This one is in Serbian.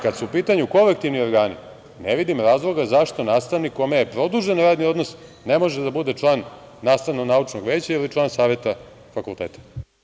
Kad su u pitanju kolektivni organi, ne vidim razloga zašto nastavnik kome je produžen radni odnos ne može da bude član Nastavno-naučnog veća ili član Saveta fakulteta.